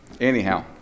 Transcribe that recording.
Anyhow